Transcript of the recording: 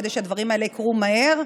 כדי שהדברים האלה יקרו מהר.